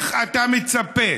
למה אתה מצפה